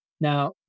Now